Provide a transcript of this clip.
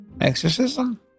Exorcism